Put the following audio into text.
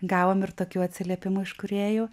gavom ir tokių atsiliepimų iš kūrėjų